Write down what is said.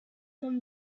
from